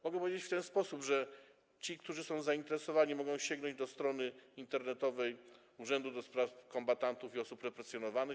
Mogę powiedzieć w ten sposób, że ci, którzy są zainteresowani, mogą sięgnąć do strony internetowej Urzędu do Spraw Kombatantów i Osób Represjonowanych.